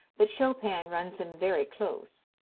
but chopin runs him very close.